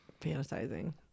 fantasizing